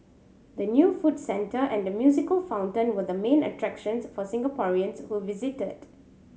the new food centre and the musical fountain were the main attractions for Singaporeans who visited